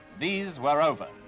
these were over.